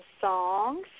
songs